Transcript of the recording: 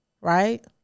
right